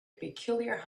peculiar